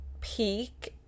peak